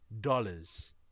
dollars